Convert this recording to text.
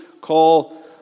call